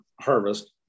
harvest